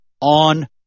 on